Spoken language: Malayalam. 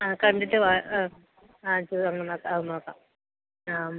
ആ കണ്ടിട്ട് വാ അയച്ച് ഒന്ന് നോക്കാം അത് നോക്കാം ഞാൻ മ്